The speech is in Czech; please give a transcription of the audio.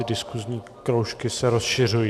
Diskusní kroužky se rozšiřují.